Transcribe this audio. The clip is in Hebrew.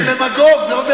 אתה דמגוג, זה לא דרך ארץ.